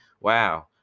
wow